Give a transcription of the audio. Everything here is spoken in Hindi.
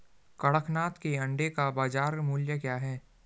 कड़कनाथ के अंडे का बाज़ार मूल्य क्या है?